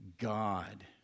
God